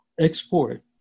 export